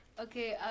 Okay